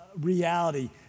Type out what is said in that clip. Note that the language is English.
reality